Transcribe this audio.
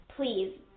Please